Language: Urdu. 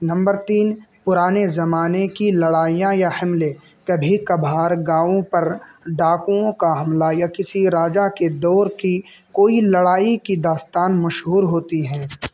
نمبر تین پرانے زمانے کی لڑائیاں یا حملے کبھی کبھار گاؤں پر ڈاکوؤں کا حملہ یا کسی راجا کے دور کی کوئی لڑائی کی داستان مشہور ہوتی ہیں